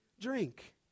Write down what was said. drink